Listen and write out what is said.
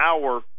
hour